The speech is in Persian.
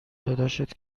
داداشت